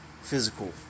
physical